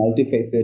multifaceted